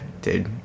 dude